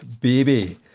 Baby